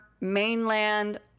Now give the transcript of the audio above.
mainland